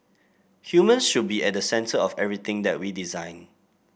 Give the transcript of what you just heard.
humans should be at the centre of everything that we design